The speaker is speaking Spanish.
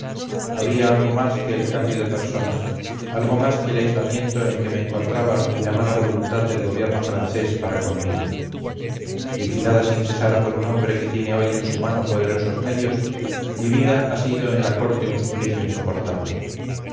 había algo más que el cambio de personas algo más que el aislamiento en que me encontraba y la mala voluntad del gobierno francés para conmigo vigilada sin cesar por un hombre que tiene hoy en su mano poderosos medios mi vida ha sido en la corte un suplicio insoportable